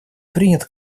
принят